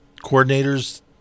coordinators